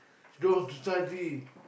she don't want to study